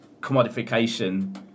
commodification